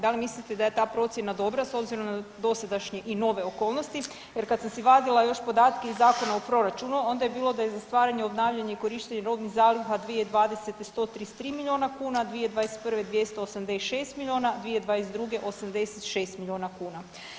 Da li mislite da je ta procjena dobra s obzirom na dosadašnje i nove okolnosti jer kad sam si vadila još podatke iz zakona o proračunu onda je bilo da je za stvaranje, obnavljanje i korištenje robnih zaliha 2020. 133 miliona kuna, 2021. 286 miliona, 2022. 86 miliona kuna.